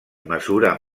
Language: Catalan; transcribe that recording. mesura